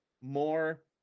more